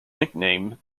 nicknamed